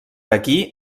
aquí